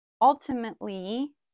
ultimately